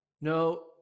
No